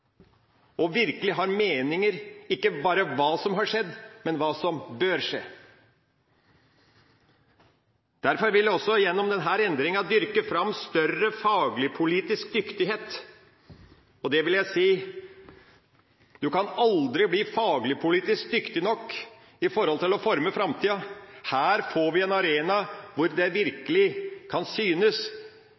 virkelig har meninger, ikke bare om hva som har skjedd, men hva som bør skje. Derfor vil en også gjennom denne endringa dyrke fram større faglig-politisk dyktighet, og det vil jeg si: Du kan aldri bli faglig-politisk dyktig nok når det gjelder å forme framtida. Her får vi en arena hvor det virkelig kan synes